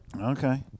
Okay